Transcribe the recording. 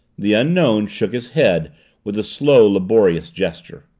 the unknown shook his head with a slow, laborious gesture.